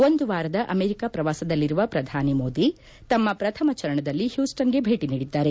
ಒಂದು ವಾರದಲ್ಲಿ ಅಮೆರಿಕ ಪ್ರವಾಸದಲ್ಲಿರುವ ಪ್ರಧಾನಿ ಮೋದಿ ತಮ್ಮ ಪ್ರಥಮ ಚರಣದಲ್ಲಿ ಹ್ಯೂಸ್ಸನ್ಗೆ ಭೇಟಿ ನೀಡಿದ್ದಾರೆ